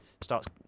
starts